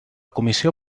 comissió